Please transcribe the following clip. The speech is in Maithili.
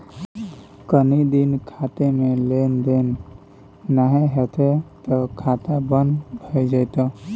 कनी दिन खातामे लेन देन नै हेतौ त खाता बन्न भए जेतौ